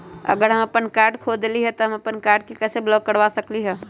अगर हम अपन कार्ड खो देली ह त हम अपन कार्ड के कैसे ब्लॉक कर सकली ह?